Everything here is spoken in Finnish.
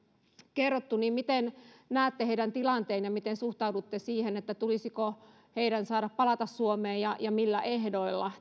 kerrottu miten näette heidän tilanteensa ja miten suhtaudutte siihen tulisiko heidän saada palata suomeen ja ja millä ehdoilla